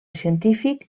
científic